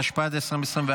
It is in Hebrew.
התשפ"ד 2024,